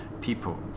people